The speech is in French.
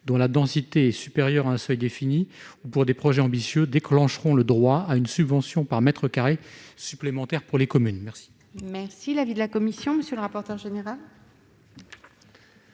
dont la densité est supérieure à un seuil défini ou pour des projets ambitieux, déclencheront le droit à une subvention par mètre carré supplémentaire pour les communes. Quel est l'avis de la commission ? Je peux